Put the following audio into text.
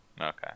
Okay